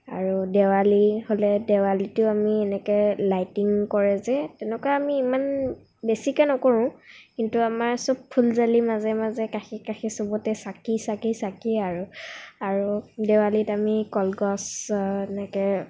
আৰু দেৱালী হ'লে দেৱালীটো আমি এনেকৈ লাইটিং কৰে যে তেনেকুৱা আমি ইমান বেছিকৈ নকৰোঁ কিন্তু আমাৰ চ'ব ফুলজালিৰ মাজে মাজে কাষে কাষে চ'বতে চাকি চাকি চাকিয়ে আৰু আৰু দেৱালীত আমি কলগছ এনেকৈ